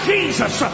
Jesus